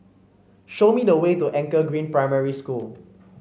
show me the way to Anchor Green Primary School